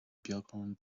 beagán